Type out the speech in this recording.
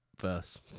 verse